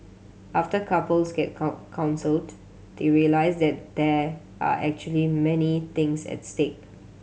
after couples get count counselled they realise that there are actually many things at stake